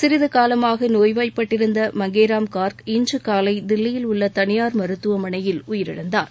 சிறிது காலமாக நோய்வாய் பட்டிருந்த மங்கேராம் கார்க் இன்று காலை தில்லியில் உள்ள தனியார் மருத்துவமனையில் உயிரிழந்தார்